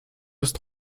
ist